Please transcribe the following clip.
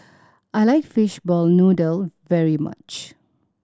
I like fishball noodle very much